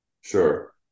Sure